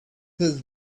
his